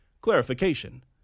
Clarification